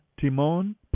Timon